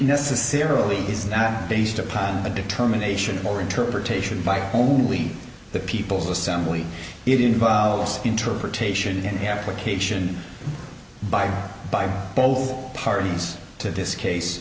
necessarily is not based upon a determination or interpretation by only the people's assembly it involves interpretation and application by by both parties to this case